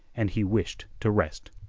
and he wished to rest.